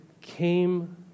came